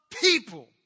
people